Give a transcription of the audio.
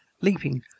leaping